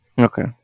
Okay